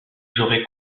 j’aurais